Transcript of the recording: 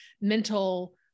mental